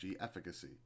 efficacy